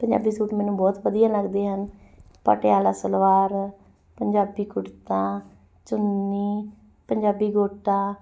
Punjabi suit ਮੈਨੂੰ ਬਹੁਤ ਵਧੀਆ ਲੱਗਦੇ ਹਨ ਪਟਿਆਲਾ ਸਲਵਾਰ ਪੰਜਾਬੀ ਕੁੜਤਾ ਚੁੰਨੀ ਪੰਜਾਬੀ ਗੋਟਾ